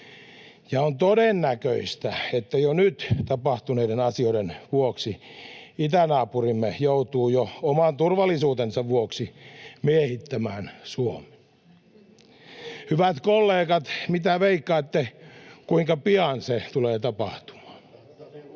On todennäköistä, että jo nyt tapahtuneiden asioiden vuoksi itänaapurimme joutuu jo oman turvallisuutensa vuoksi miehittämään Suomen. Hyvät kollegat, mitä veikkaatte, kuinka pian se tulee tapahtumaan?